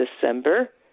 December